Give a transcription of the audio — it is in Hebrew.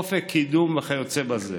אופק קידום וכיוצא בזה.